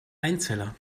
einzeller